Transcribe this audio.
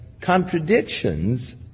contradictions